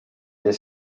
del